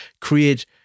create